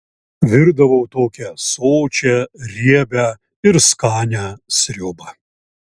virdavau tokią sočią riebią ir skanią sriubą